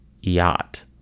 Yacht